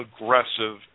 aggressive